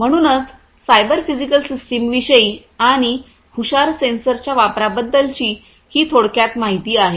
म्हणूनच cyber physical सिस्टीमविषयी आणि हुशार सेन्सरच्या वापराबद्दलची ही थोडक्यात माहिती आहे